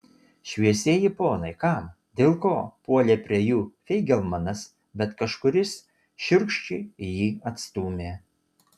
šviesieji ponai kam dėl ko puolė prie jų feigelmanas bet kažkuris šiurkščiai jį atstūmė